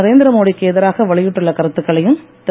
நரேந்திரமோடி க்கு எதிராக வெளியிட்டுள்ள கருத்துக்களையும் திரு